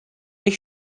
ich